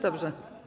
Dobrze.